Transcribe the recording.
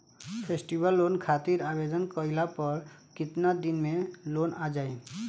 Festival loan खातिर आवेदन कईला पर केतना दिन मे लोन आ जाई?